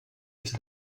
ist